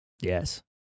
Yes